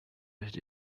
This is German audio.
echt